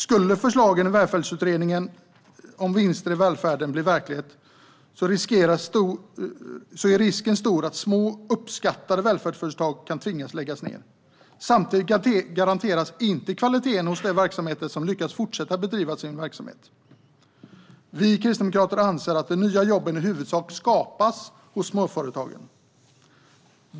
Skulle förslagen i utredningen om vinster i välfärden bli verklighet är risken stor att små, uppskattade välfärdsföretag kan tvingas att lägga ned. Samtidigt garanteras inte kvaliteten hos de verksamheter som lyckas fortsätta att bedriva sin verksamhet. Vi kristdemokrater anser att de nya jobben i huvudsak skapas i småföretagen.